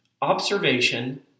observation